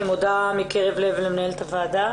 אני מודה מקרב לב למנהלת הוועדה,